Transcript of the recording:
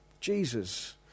Jesus